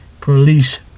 police